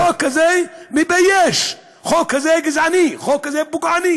החוק הזה מבייש, החוק הזה גזעני, החוק הזה פוגעני.